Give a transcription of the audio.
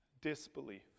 Disbelief